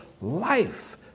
life